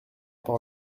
par